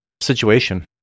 situation